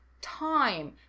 time